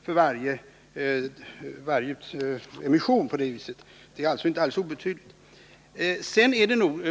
för varje emission. Det är alltså inte alldeles obetydligt.